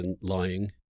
lying